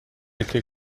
été